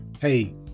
hey